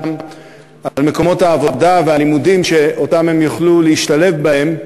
על מקומות העבודה ועל לימודים שהם יוכלו להשתלב בהם,